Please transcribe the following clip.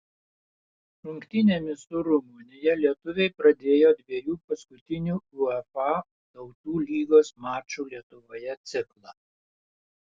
rungtynėmis su rumunija lietuviai pradėjo dviejų paskutinių uefa tautų lygos mačų lietuvoje ciklą